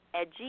edgy